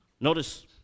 Notice